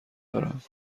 دارم